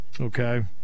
okay